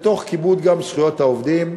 וגם תוך כיבוד זכויות העובדים.